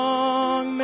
Long